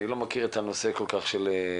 אני לא מכיר את הנושא כל כך של העלייה.